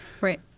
Right